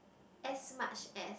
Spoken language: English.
as much as